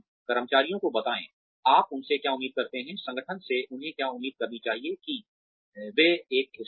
कर्मचारियों को बताएं आप उनसे क्या उम्मीद करते हैं संगठन से उन्हें क्या उम्मीद करनी चाहिए कि वे एक हिस्सा हैं